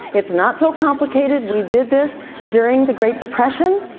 it's not so complicated, we did this during the great depression,